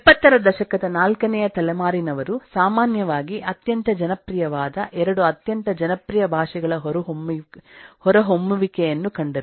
70ರ ದಶಕದ ನಾಲ್ಕನೇ ತಲೆಮಾರಿನವರು ಸಾಮಾನ್ಯವಾಗಿ ಅತ್ಯಂತ ಜನಪ್ರಿಯವಾದ 2 ಅತ್ಯಂತ ಜನಪ್ರಿಯ ಭಾಷೆಗಳಹೊರಹೊಮ್ಮುವಿಕೆಯನ್ನು ಕಂಡರು